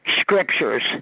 scriptures